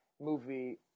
movie